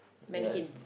mannequins